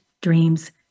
dreams